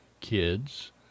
kids